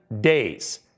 days